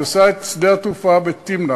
היא עושה את שדה-התעופה בתמנע,